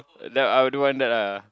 that I don't want that ah